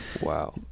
Wow